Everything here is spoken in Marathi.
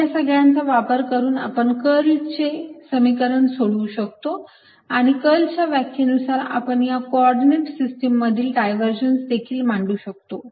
या सगळ्याचा वापर करून आपण कर्लचे समीकरण सोडवू शकतो आणि कर्ल च्या व्याख्येनुसार आपण या कोऑर्डिनेट सिस्टीम मधील डायव्हरजन्स देखील मांडू शकतो